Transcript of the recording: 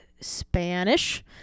Spanish